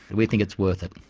we think it's worth it.